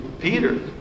Peter